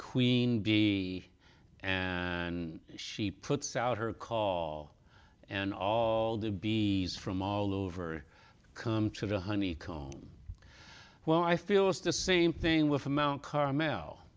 queen bee and she puts out her call and all to be from all over come to the honeycomb well i feel it's the same thing with mt carmel